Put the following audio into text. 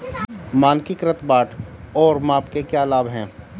मानकीकृत बाट और माप के क्या लाभ हैं?